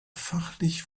fachlich